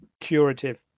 curative